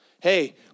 hey